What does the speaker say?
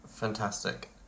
Fantastic